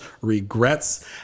regrets